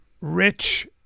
rich